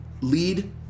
lead